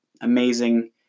amazing